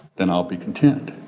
then i'll be content.